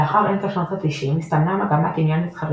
לאחר אמצע שנות התשעים הסתמנה מגמת עניין מסחרי